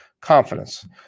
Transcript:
confidence